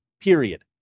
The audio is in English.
period